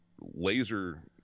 laser